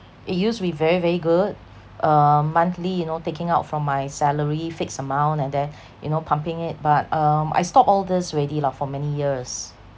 it used to be very very good uh monthly you know taking out from my salary fixed amount and then you know pumping it but um I stopped all these already lah for many years